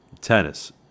tennis